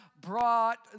brought